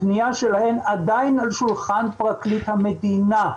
הפנייה שלהם עדיין על שולחן פרקליט המדינה.